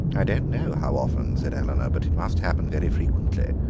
i don't know how often, said eleanor, but it must happen very frequently.